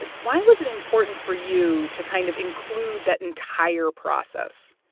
like why was it important for you to kind of include that entire process?